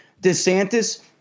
DeSantis